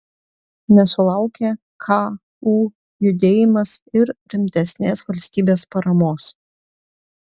nesulaukė ku judėjimas ir rimtesnės valstybės paramos